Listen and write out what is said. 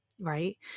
right